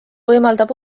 võimaldab